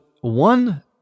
one